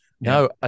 no